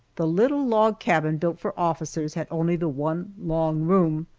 the little log cabin built for officers had only the one long room,